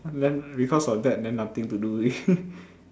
then because of that then nothing to do already